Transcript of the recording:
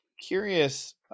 Curious